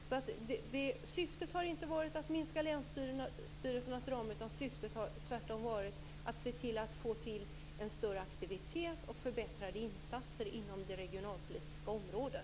Syftet har alltså inte varit att minska länsstyrelsernas ram, utan syftet har tvärtom varit att se till att få en större aktivitet och förbättrade insatser inom det regionalpolitiska området.